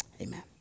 Amen